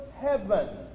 heaven